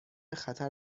خطر